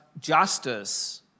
justice